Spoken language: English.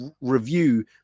review